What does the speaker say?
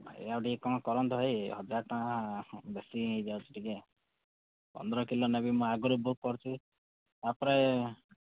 ଏ ଆଉ ଟିକିଏ କ'ଣ କରନ୍ତୁ ଭାଇ ହଜାର ଟଙ୍କା ବେଶି ହେଇଯାଉଛି ଟିକିଏ ପନ୍ଦର କିଲୋ ନେବି ମୁଁ ଆଗରୁ ବୁକ୍ କରିଛି ତାପରେ